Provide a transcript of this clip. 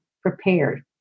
prepared